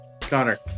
Connor